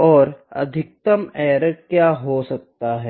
की अधिकतम एरर क्या हो सकता है